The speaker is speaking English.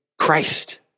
Christ